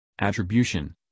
Attribution